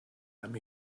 einem